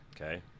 Okay